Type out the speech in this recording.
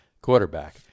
quarterback